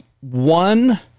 one